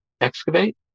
excavate